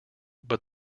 but